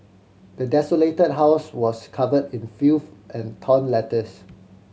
the desolated house was covered in filth and torn letters